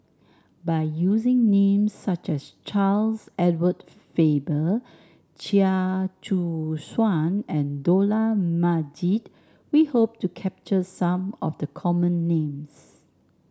by using names such as Charles Edward Faber Chia Choo Suan and Dollah Majid we hope to capture some of the common names